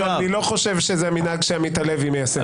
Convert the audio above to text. אבל אני רק אגיד לך: האקדח המעשן הוא מאוד פשוט.